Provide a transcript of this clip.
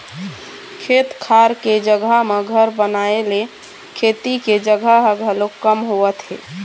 खेत खार के जघा म घर बनाए ले खेती के जघा ह घलोक कम होवत हे